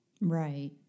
Right